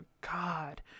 God